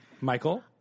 Michael